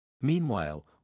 Meanwhile